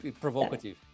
provocative